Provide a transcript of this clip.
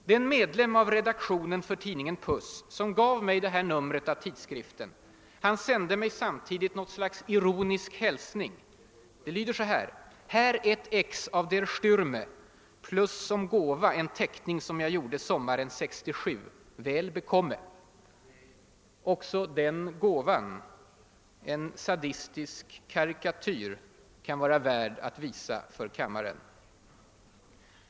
Den medlem av redaktionen för tidningen Puss, som gav mig detta nummer av tidskriften, sände mig samtidigt något slags ironisk hälsning: »Här ett ex av Der Stärmer plus som gåva en teckning som jag gjorde sommaren 67, väl. bekomme!» Också denna >»gåva«, en sadistisk karikatyr, kan vara värd att visa för kammaren.